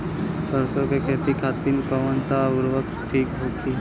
सरसो के खेती खातीन कवन सा उर्वरक थिक होखी?